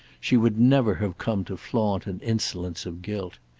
she would never have come to flaunt an insolence of guilt.